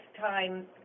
time